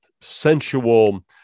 sensual